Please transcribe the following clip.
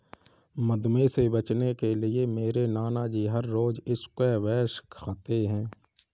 मधुमेह से बचने के लिए मेरे नानाजी हर रोज स्क्वैश खाते हैं